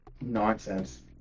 nonsense